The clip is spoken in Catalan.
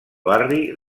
barri